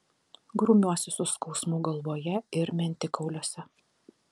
grumiuosi su skausmu galvoje ir mentikauliuose